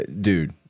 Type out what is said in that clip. dude